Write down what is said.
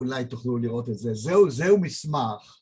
‫אולי תוכלו לראות את זה. ‫זהו מסמך.